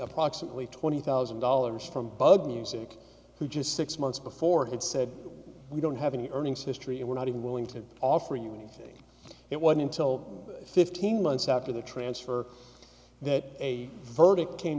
approximately twenty thousand dollars from bug music who just six months before had said we don't have any earnings history and we're not even willing to offer you anything it was until fifteen months after the transfer that a verdict came